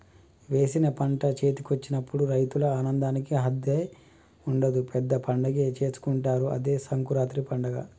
వేసిన పంట చేతికొచ్చినప్పుడు రైతుల ఆనందానికి హద్దే ఉండదు పెద్ద పండగే చేసుకుంటారు అదే సంకురాత్రి పండగ